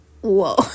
whoa